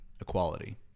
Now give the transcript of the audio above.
Equality